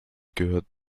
gehört